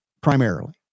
primarily